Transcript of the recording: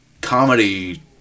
comedy